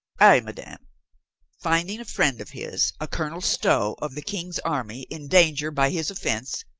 ay, madame finding a friend of his, a colonel stow, of the king's army, in danger by his offense,